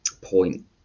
point